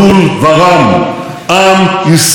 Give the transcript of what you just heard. עם ישראל חי.